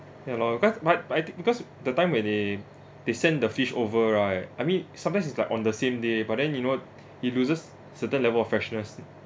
ya lor because but but I think because the time when they they sent the fish over right I mean sometimes it's like on the same day but then you know he loses certain level of freshness